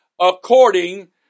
according